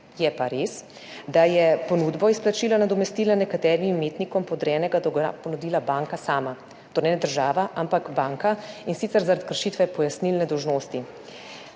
Je pa res, da je ponudbo izplačila nadomestila nekaterim imetnikom podrejenega ponudila banka sama, torej ne država, ampak banka, in sicer zaradi kršitve pojasnilne dolžnosti.